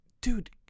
dude